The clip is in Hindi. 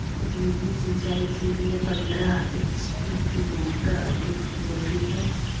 गेहूँ सिंचाई के लिए पंद्रह एच.पी की मोटर अधिक उपयोगी है?